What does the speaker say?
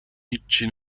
هیچی